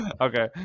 okay